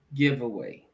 giveaway